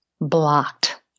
blocked